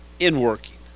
inworking